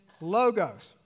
logos